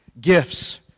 Gifts